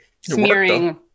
smearing